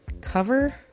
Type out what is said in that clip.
cover